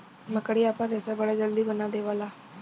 मकड़ी आपन रेशा बड़ा जल्दी बना देवला